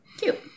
Cute